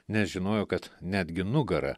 nes žinojo kad netgi nugarą